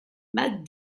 matt